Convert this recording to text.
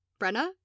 Brenna